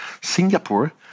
Singapore